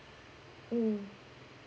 mm